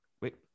wait